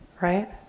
Right